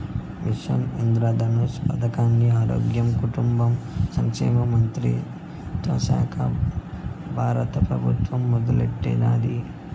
machine Indradhanush పదకాన్ని ఆరోగ్య, కుటుంబ సంక్షేమ మంత్రిత్వశాక బారత పెబుత్వం మొదలెట్టినాది